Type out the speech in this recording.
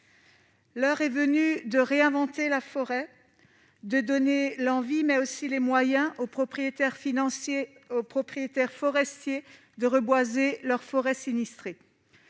L'heure est venue de réinventer la forêt, de donner l'envie, mais aussi les moyens aux propriétaires forestiers de reboiser leurs forêts sinistrées.